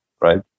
right